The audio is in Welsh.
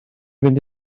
fynd